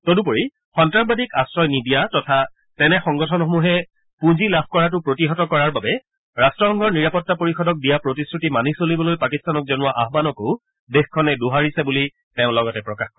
তদুপৰি সন্নাসবাদীক আশ্ৰয় নিদিয়া তথা তেনে সংগঠনসমূহে পূঁজি লাভ কৰাটো প্ৰতিহত কৰাৰ বাবে ৰাট্টসংঘৰ নিৰাপত্তা পৰিষদক দিয়া প্ৰতিশ্ৰুতি মানি চলিবলৈ পাকিস্তানক জনোৱা আহ্বানকো দেশখনে দোহাৰিছে বুলি তেওঁ লগতে প্ৰকাশ কৰে